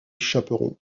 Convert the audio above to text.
chaperon